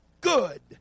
good